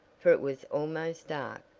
for it was almost dark,